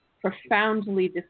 profoundly